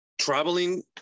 traveling